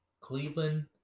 Cleveland